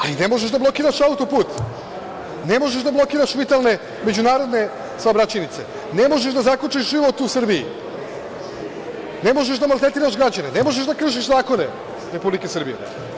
Ali, ne možeš da blokiraš autoput, ne možeš da blokiraš vitalne međunarodne saobraćajnice, ne možeš da zakočiš život u Srbiji, ne možeš da maltretiraš građane, ne možeš da kršiš zakone Republike Srbije.